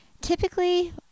Typically